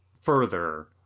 further